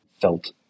felt